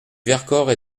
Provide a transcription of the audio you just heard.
vercors